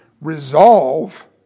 resolve